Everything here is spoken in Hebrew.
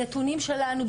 הנתונים שלנו,